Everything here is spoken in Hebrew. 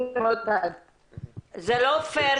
מאוד חשוב